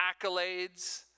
accolades